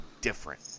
different